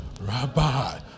Rabbi